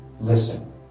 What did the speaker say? listen